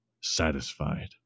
satisfied